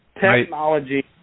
technology